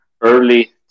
early